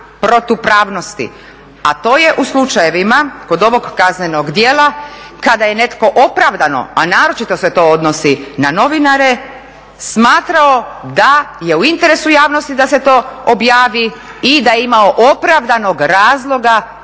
protupravnosti. A to je u slučajevima kod ovog kaznenog djela kada je netko opravdano, a naročito se to odnosi na novinare smatrao da je u interesu javnosti da se to objavi i da je imao opravdanog razloga